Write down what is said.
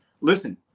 Listen